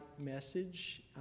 message